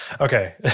okay